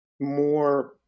more